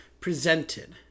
presented